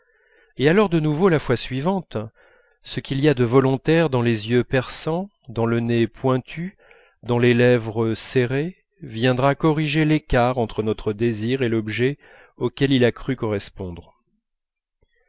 et alors de nouveau la fois suivante ce qu'il y a de volontaire dans les yeux perçants dans le nez pointu dans les lèvres serrées viendra corriger l'écart entre notre désir et l'objet auquel il a cru correspondre